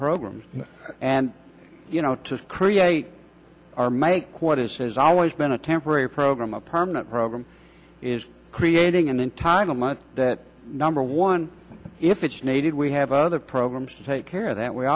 programs and you know to create our make what is has always been a temporary program a permanent program is creating an entitlement that number one if it's needed we have other programs to take care of that we